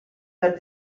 per